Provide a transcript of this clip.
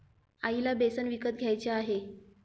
आईला बेसन विकत घ्यायचे आहे